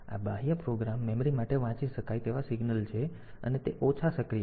આ બાહ્ય program memory માટે વાંચી શકાય તેવા સિગ્નલ છે અને તે ઓછા સક્રિય છે